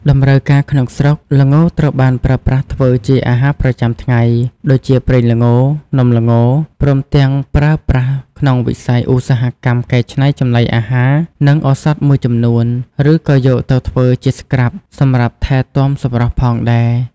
តម្រូវការក្នុងស្រុក ល្ងត្រូវបានប្រើប្រាស់ធ្វើជាអាហារប្រចាំថ្ងៃ ដូចជាប្រេងល្ង នំល្ង ព្រមទាំងប្រើប្រាស់ក្នុងវិស័យឧស្សាហកម្មកែច្នៃចំណីអាហារ និងឱសថមួយចំនួន ឬក៏យកទៅធ្វើជាស្រ្កាប់សម្រាប់ថែទាំសម្រស់ផងដែរ។